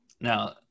Now